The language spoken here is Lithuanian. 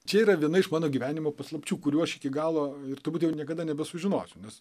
čia yra viena iš mano gyvenimo paslapčių kurių aš iki galo ir turbūt jau niekada nebesužinosiu nes